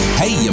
hey